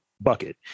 bucket